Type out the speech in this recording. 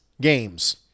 games